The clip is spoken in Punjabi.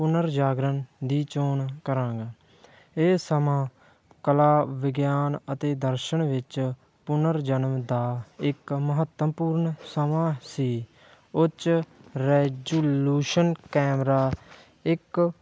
ਪੁਨਰ ਜਾਗਰਨ ਦੀ ਚੋਣ ਕਰਾਂਗਾ ਇਹ ਸਮਾਂ ਕਲਾ ਵਿਗਿਆਨ ਅਤੇ ਦਰਸ਼ਨ ਵਿੱਚ ਪੁਨਰ ਜਨਮ ਦਾ ਇੱਕ ਮਹੱਤਵਪੂਰਨ ਸਮਾਂ ਸੀ ਉੱਚ ਰੈਜੁਲਿਸ਼ਨ ਕੈਮਰਾ ਇੱਕ